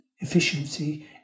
Efficiency